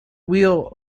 wheel